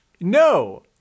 no